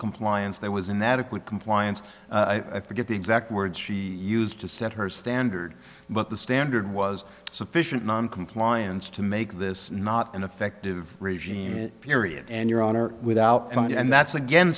compliance there was inadequate compliance i forget the exact words she used to set her standard but the standard was sufficient noncompliance to make this not an effective regime period and your honor without and that's again